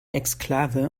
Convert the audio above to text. exklave